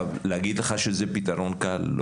להגיד לך שזה פתרון קל?